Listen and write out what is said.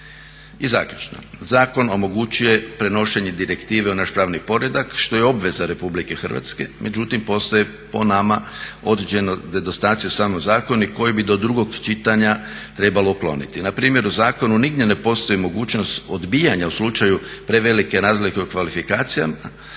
I zaključno, zakon omogućuje prenošenje direktive u naš pravni poredak što je obveza RH, međutim postoje po nama određeni nedostaci u samom zakonu koji bi do drugog čitanja trebalo ukloniti. Npr. nigdje u zakonu ne postoji mogućnost odbijanja u slučaju prevelike razlike u kvalifikacijama,